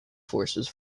forces